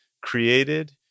created